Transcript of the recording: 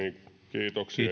kiitoksia